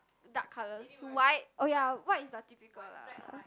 dark colors white oh ya white is the typical lah